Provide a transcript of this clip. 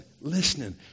listening